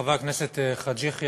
חבר הכנסת חאג' יחיא,